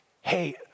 hey